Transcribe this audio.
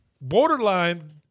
borderline